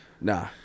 Nah